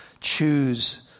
choose